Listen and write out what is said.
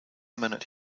minute